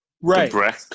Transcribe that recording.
Right